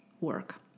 work